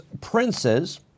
Princes